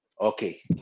okay